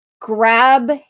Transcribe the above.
grab